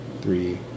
three